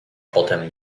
potem